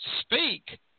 speak